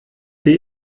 sie